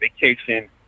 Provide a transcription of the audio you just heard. vacation